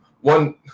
one